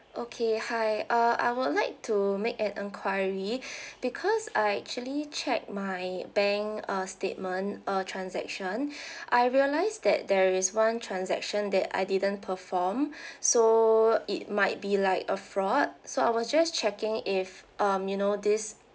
okay hi uh I would like to make an enquiry because I actually check my bank uh statement uh transaction I realise that there is one transaction that I didn't perform so it might be like a fraud so I was just checking if um you know this